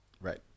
Right